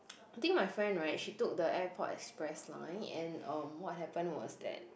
I think my friend right she took the airport express line and um what happened was that